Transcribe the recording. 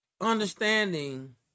understanding